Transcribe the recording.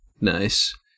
Nice